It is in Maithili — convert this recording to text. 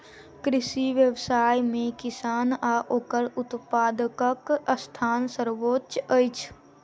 कृषि व्यवसाय मे किसान आ ओकर उत्पादकक स्थान सर्वोच्य अछि